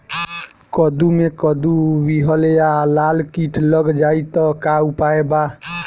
कद्दू मे कद्दू विहल या लाल कीट लग जाइ त का उपाय बा?